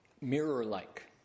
mirror-like